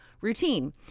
routine